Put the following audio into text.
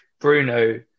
Bruno